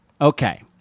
Okay